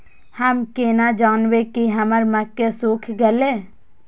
हम केना जानबे की हमर मक्के सुख गले?